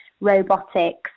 robotics